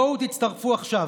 בואו תצטרפו עכשיו,